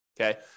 Okay